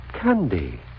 Candy